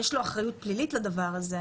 יש לו אחריות פלילית לדבר הזה.